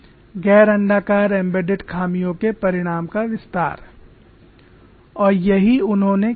गैर अण्डाकार एम्बेडेड खामियों के परिणाम का विस्तार और यही उन्होंने किया था